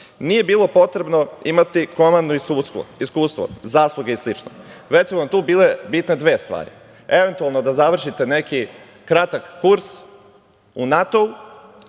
nije bilo potrebno imati komandno iskustvo, zasluge i slično, već su vam tu bile bitne dve stvari, eventualno da završite neki kratak kurs u NATO